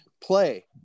play